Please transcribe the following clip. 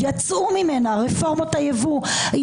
יצאו ממנה רפורמות הייבוא.